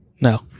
No